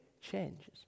changes